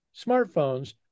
smartphones